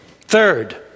Third